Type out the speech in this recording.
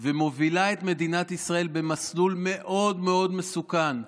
ומובילה את מדינת ישראל במסלול מאוד מאוד מסוכן.